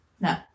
No